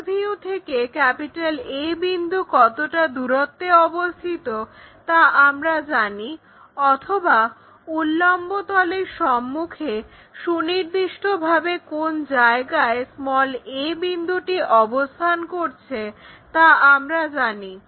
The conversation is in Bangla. ফ্রন্ট ভিউ থেকে A বিন্দু কতটা দূরত্বে অবস্থিত তা আমরা জানি অথবা উল্লম্ব তলের সম্মুখে সুনির্দিষ্টভাবে কোন জায়গায় a বিন্দুটি অবস্থান করছে তা আমরা জানি